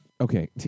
Okay